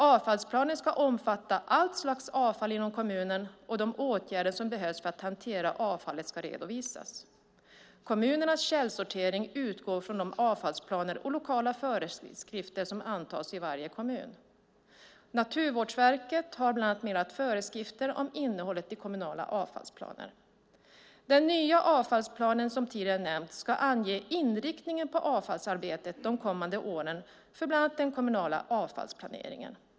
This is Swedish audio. Avfallsplanen ska omfatta allt slags avfall inom kommunen, och de åtgärder som behöver vidtas för att hantera avfallet ska redovisas. Kommunernas källsortering utgår från de avfallsplaner och lokala föreskrifter som antas i varje kommun. Naturvårdsverket har bland annat meddelat föreskrifter om innehållet i kommunala avfallsplaner. Den nya avfallsplanen, som tidigare nämnts, ska ange inriktningen på avfallsarbetet de kommande åren för bland annat den kommunala avfallsplaneringen.